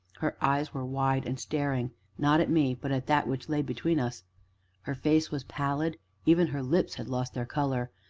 her eyes were wide and staring not at me but at that which lay between us her face was pallid even her lips had lost their color,